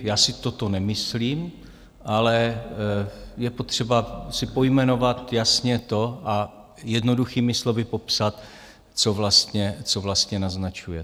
Já si toto nemyslím, ale je potřeba si pojmenovat jasně to a jednoduchými slovy popsat co vlastně naznačujete.